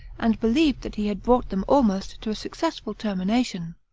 and believed that he had brought them almost to a successful termination.